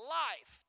life